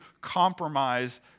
compromise